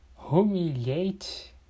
humiliate